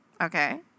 Okay